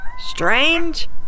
Strange